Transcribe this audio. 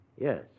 Yes